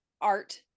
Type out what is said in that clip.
art